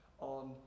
on